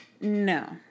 No